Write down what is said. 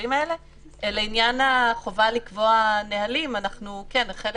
לעניין החובה לקבוע נהלים, חלק